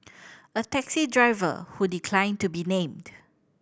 a taxi driver who declined to be named